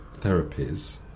therapies